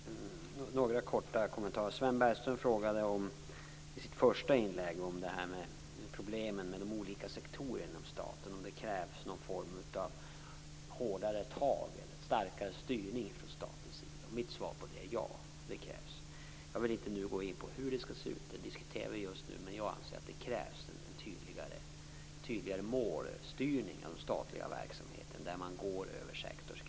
Herr talman! Jag har några korta kommentarer. Sven Bergström frågade i sitt första inlägg om problemen med de olika sektorerna inom staten och om det krävs någon form av hårdare tag och starkare styrning från statens sida. Mitt svar på det är: Ja, det krävs. Jag vill inte nu gå in på hur det skall ses ut. Vi diskuterar det just nu, men jag anser att det krävs en tydligare målstyrning av den statliga verksamheten där man går över sektorsgränserna.